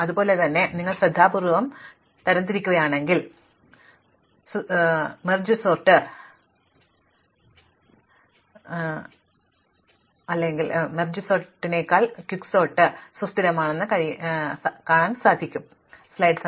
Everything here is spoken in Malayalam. അതുപോലെ തന്നെ നിങ്ങൾ ശ്രദ്ധാപൂർവ്വം തിരുകൽ തരം തിരിക്കുകയാണെങ്കിൽ തിരുകൽ തരംതിരിക്കലും സുസ്ഥിരമാണെന്നും ദ്രുതഗതിയിലുള്ള അടുക്കൽ സുസ്ഥിരമാക്കാൻ കഴിയില്ലെന്നും ഇത് അർത്ഥമാക്കുന്നില്ല ഞങ്ങൾ അത് നടപ്പിലാക്കിയ രീതിയിലാണ് ദ്രുത അടുക്കൽ സ്ഥിരതയില്ല